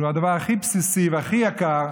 שהוא הדבר הכי בסיסי והכי יקר,